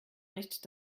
nicht